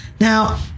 now